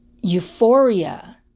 euphoria